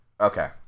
Okay